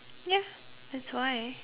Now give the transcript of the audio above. ya that's why